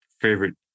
favorite